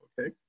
okay